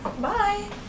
Bye